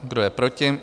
Kdo je proti?